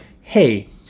hey